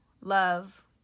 love